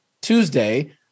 Tuesday